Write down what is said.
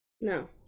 No